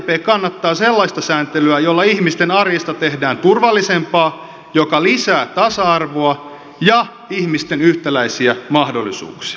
sdp kannattaa sellaista sääntelyä jolla ihmisten arjesta tehdään turvallisempaa joka lisää tasa arvoa ja ihmisten yhtäläisiä mahdollisuuksia